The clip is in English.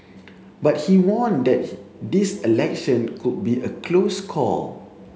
but he warned that this election could be a close call